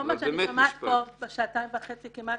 כל מה שאני שומעת פה כבר שעתיים וחצי כמעט,